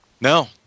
No